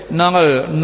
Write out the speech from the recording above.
nangal